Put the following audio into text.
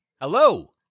Hello